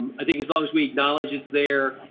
i think is on this week knowledge, it's there.